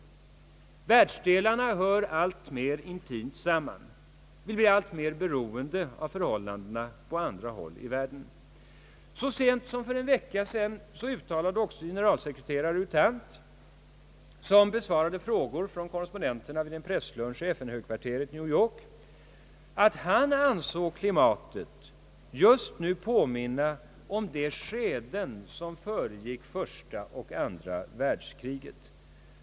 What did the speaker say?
Världsdelarna hör alltmer intimt samman. Vi blir alltmera beroende av förhållandena på andra håll i världen. Så sent som för en vecka sedan uttalade också generalsekreterare U Thant, som besvarade frågor från korrespondenterna vid en presslunch i FN-högkvarteret i New York, att han ansåg klimatet just nu påminna om de skeenden som föregick första och andra världskrigen.